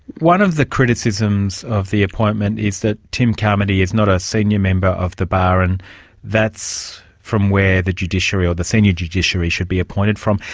one of the criticisms of the appointment is that tim carmody is not a senior member of the bar, and that's from where the judiciary or the senior judiciary should be appointed from.